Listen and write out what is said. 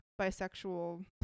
bisexual